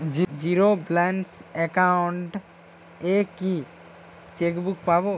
Zero balance account এ কি chequebook পাব?